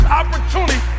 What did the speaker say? opportunity